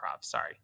sorry